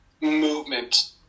movement